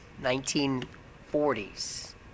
1940s